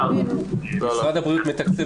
--- משרד הבריאות מתקצב